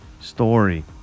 story